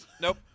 Nope